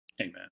Amen